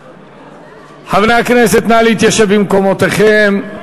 חברי הכנסת, נא להתיישב במקומותיכם.